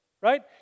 right